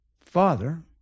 Father